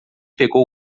pegou